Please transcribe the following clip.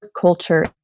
culture